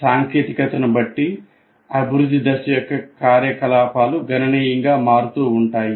సాంకేతికతను బట్టి అభివృద్ధి దశ యొక్క కార్యకలాపాలు గణనీయంగా మారుతూ ఉంటాయి